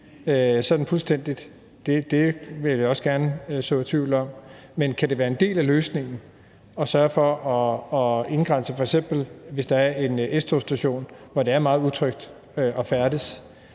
sådan fuldstændigt; det vil jeg også gerne så tvivl om. Men kan det være en del af løsningen at sørge for at afgrænse f.eks. en S-togsstation, hvor det er meget utrygt at færdes,